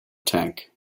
tank